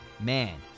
Man